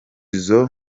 izo